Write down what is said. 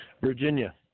Virginia